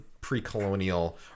pre-colonial